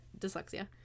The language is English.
dyslexia